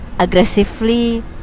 Aggressively